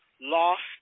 lost